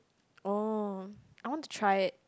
oh I want to try it